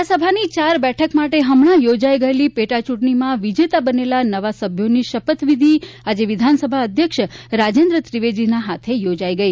ધારાસભાની ચાર બેઠક માટે હમણાં યોજાઇ ગયેલી પેટાચૂંટણીમાં વિજેતા બનેલા નવા સભ્યોની શપથવિધિ આજે વિધાનસભા અધ્યક્ષ રાજેન્દ્ર ત્રિવેદીના હાથે યોજાઇ ગઇ